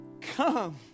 come